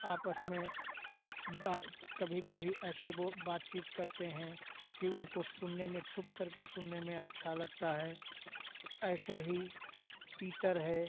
आपस में बार कभी कभी ऐसे वो बातचीत करते हैं कि उनको सुनने में छुपकर के सुनने में अच्छा लगता है ऐसे ही तीतर है